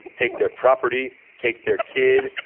take their property, take their kid.